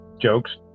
jokes